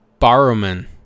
Barrowman